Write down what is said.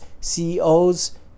CEOs